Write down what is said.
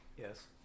Yes